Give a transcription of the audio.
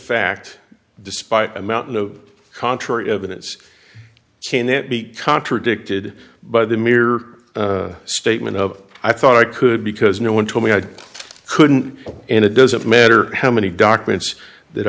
fact despite a mountain of contrary evidence can it be contradicted by the mere statement of i thought i could because no one told me i couldn't and it doesn't matter how many documents that